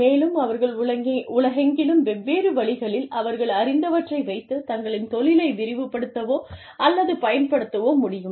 மேலும் அவர்கள் உலகெங்கிலும் வெவ்வேறு வழிகளில் அவர்கள் அறிந்தவற்றை வைத்து தங்களின் தொழிலை விரிவுபடுத்தவோ அல்லது பயன்படுத்தவோ முடியும்